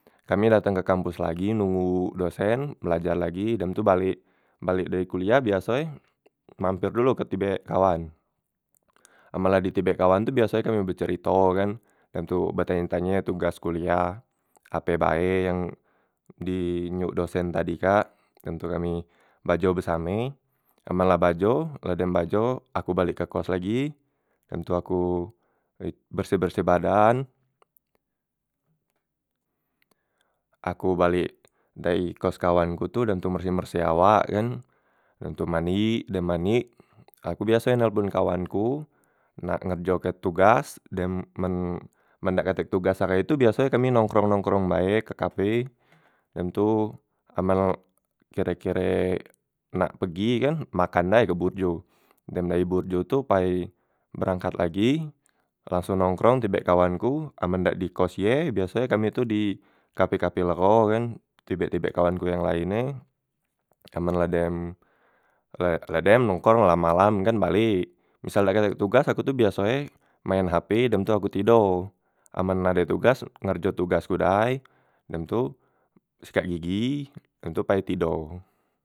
Kami datang ke kampos lagi nonggo dosen belajar lagi dem tu balek, balek dari kuliah biaso e mamper dolo ke tibek kawan, amen la di tibek kawan tu kami biaso e becerito kan dem tu betanye- tanye tugas kuliah ape bae yang di nyok dosen tadi kak, dem tu kami belajo besame amen la belajo la dem belajo aku balek ke kos lagi, dem tu aku i berseh- berseh badan aku balek dayi kos kawanku dem tu merseh- merseh awak kan, dem tu manik dem manik, aku biaso e telpon kawan aku nak ngerjoke tugas dem men men dak katek tugas ahai itu biaso e kami nongkrong- nongkrong bae ke kape dem tu amen kire- kire nak pegi ye kan makan dai ke burjo, dem dayi burjo tu pai berangkat lagi langsong nongkrong tibek kawanku amen dak di kos ye biaso e kami tu di kape- kape legho kan tibek- tibek kawanku yang lain e, amen la dem la la dem nongkrong la malam kan balek, misal dak katek tugas aku tu biaso e main hp dem tu aku tido, amen ade tugas ngerjo tugas ku dai dem tu sikat gigi dem tu pai tido.